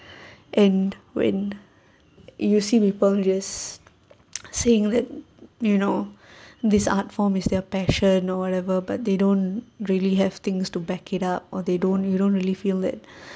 and when you see people just saying that you know this art form is their passion or whatever but they don't really have things to back it up or they don't you don't really feel that